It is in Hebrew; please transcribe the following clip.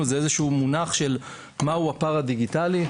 זה מונח מסוים של מהו הפער הדיגיטלי,